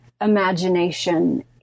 imagination